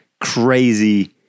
crazy